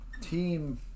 team